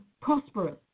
prosperous